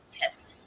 yes